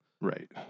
Right